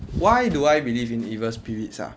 why do I believe in evil spirits ah